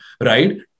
right